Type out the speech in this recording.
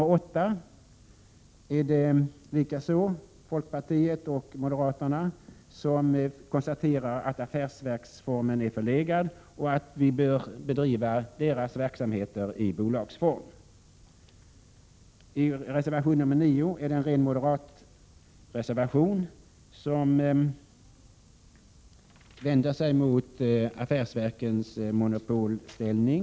I reservation 8 — som jag yrkar bifall till — är det likaså folkpartiet och moderaterna som konstaterar att affärsverksformen är förlegad och att verkens verksamheter bör bedrivas i bolagsform. Reservation 9 är en ren moderatreservation, som vänder sig mot affärsverkens monopolställning.